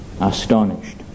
astonished